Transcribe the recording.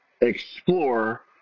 explore